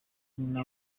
nyina